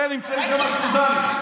הרי נמצאים שם סודנים,